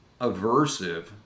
aversive